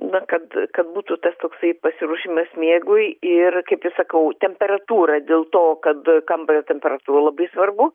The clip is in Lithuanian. bet kad kad būtų tas toksai pasiruošimas miegui ir kaip ir sakau temperatūra dėl to kad kambario temperatūra labai svarbu